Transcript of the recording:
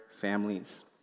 families